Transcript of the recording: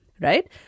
right